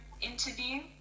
interview